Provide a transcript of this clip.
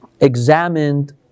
examined